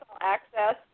access